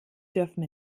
dürfen